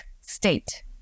state